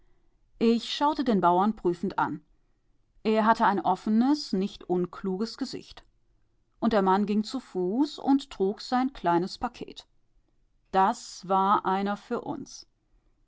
ich schaute den bauern prüfend an er hatte ein offenes nicht unkluges gesicht und der mann ging zu fuß und trug sein kleines paket das war einer für uns